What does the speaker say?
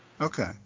Okay